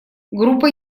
группа